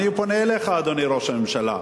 אני פונה אליך, אדוני ראש הממשלה.